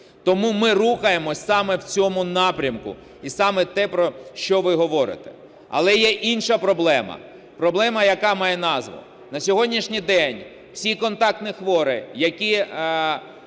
Тому ми рухаємося саме в цьому напрямку, і саме те, про що ви говорите. Але є інша проблема - проблема, яка має назву. На сьогоднішній день всі контактні хворі, які